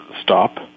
stop